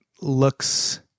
looks